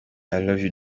love